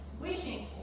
wishing